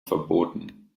verboten